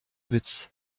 witz